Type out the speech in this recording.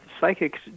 Psychics